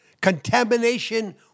contamination